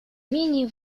менее